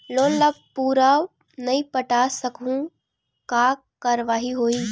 Loan ला पूरा नई पटा सकहुं का कारवाही होही?